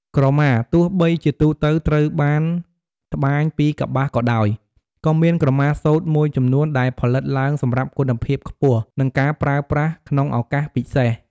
ក្រម៉ាទោះបីជាទូទៅត្រូវបានត្បាញពីកប្បាសក៏ដោយ ក៏មាន ក្រម៉ាសូត្រ មួយចំនួនដែលផលិតឡើងសម្រាប់គុណភាពខ្ពស់ និងការប្រើប្រាស់ក្នុងឱកាសពិសេស។